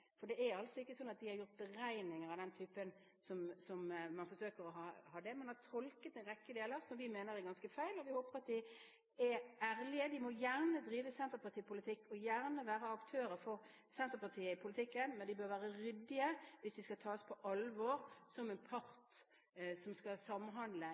For det er altså ikke sånn at de har gjort beregninger av den typen som man forsøker å ha det til, man har tolket en rekke ting som vi mener er ganske feil. Vi håper at de er ærlige. De må gjerne drive senterpartipolitikk og være aktører for Senterpartiet i politikken, men de bør være ryddige hvis de skal tas på alvor som en part som skal samhandle